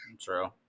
True